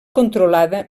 controlada